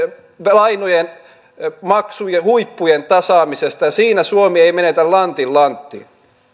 lainojen maksuhuippujen tasaamisesta ja siinä suomi ei ei menetä lantin lanttia